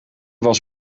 was